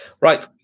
Right